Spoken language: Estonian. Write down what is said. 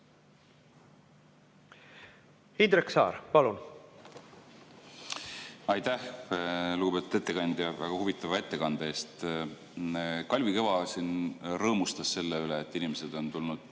poole minema? Aitäh, lugupeetud ettekandja, väga huvitava ettekande eest! Kalvi Kõva siin rõõmustas selle üle, et inimesed on tulnud